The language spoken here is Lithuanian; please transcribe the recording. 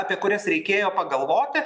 apie kurias reikėjo pagalvoti